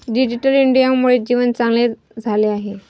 digital इंडियामुळे जीवन चांगले झाले आहे